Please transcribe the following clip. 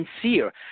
sincere